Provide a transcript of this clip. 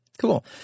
Cool